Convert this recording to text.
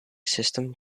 system